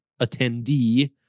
attendee